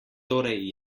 torej